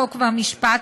חוק ומשפט,